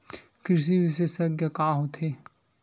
कृषि विशेषज्ञ का होथे?